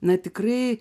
nu tikrai